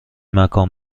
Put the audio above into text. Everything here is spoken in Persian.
مکان